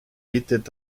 bietet